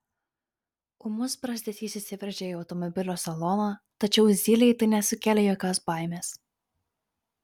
ūmus brazdesys įsiveržė į automobilio saloną tačiau zylei tai nesukėlė jokios baimės